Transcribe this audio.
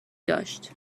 داشت